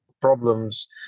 problems